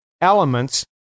elements